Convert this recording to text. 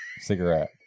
Cigarette